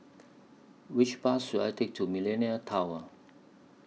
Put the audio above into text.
Which Bus should I Take to Millenia Tower